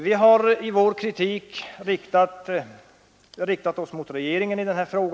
Vi har i vår kritik i mycket hög grad riktat oss mot regeringen i denna fråga.